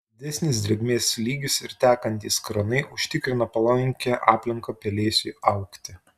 didesnis drėgmės lygis ir tekantys kranai užtikrina palankią aplinką pelėsiui augti